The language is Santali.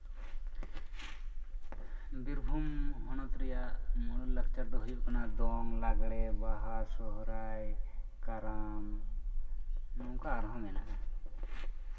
ᱵᱤᱨᱵᱷᱩᱢ ᱦᱚᱱᱚᱛ ᱨᱮᱭᱟᱜ ᱢᱩᱬᱩᱫ ᱞᱟᱠᱪᱟᱨ ᱫᱚ ᱦᱩᱭᱩᱜ ᱠᱟᱱᱟ ᱫᱚᱝ ᱞᱟᱜᱽᱲᱮ ᱵᱟᱦᱟ ᱥᱚᱨᱦᱟᱭ ᱠᱟᱨᱟᱢ ᱱᱚᱝᱠᱟ ᱟᱨᱦᱚᱸ ᱢᱮᱱᱟᱜᱼᱟ